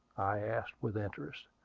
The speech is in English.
i asked with interest.